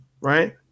right